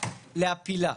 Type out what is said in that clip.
להפילה.